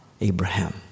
Abraham